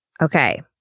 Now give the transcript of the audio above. okay